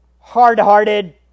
hard-hearted